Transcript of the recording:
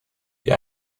die